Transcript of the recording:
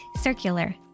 circular